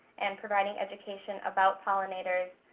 and providing education about pollinators,